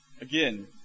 Again